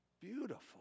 beautiful